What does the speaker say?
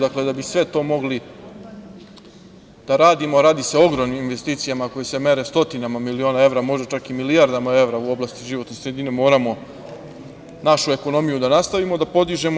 Dakle, da bi sve to mogli da radimo, a radi se o ogromnim investicijama koje se mere, stotinama miliona evra, može čak i milijardama evra u oblasti životne sredine, moramo našu ekonomiju da nastavimo da podižemo.